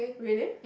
really